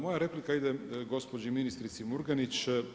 Moja replika ide gospođi ministrici Murganić.